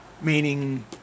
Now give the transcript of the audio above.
meaning